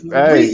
hey